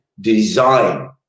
design